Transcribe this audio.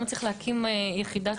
להקים יחידת הערכה?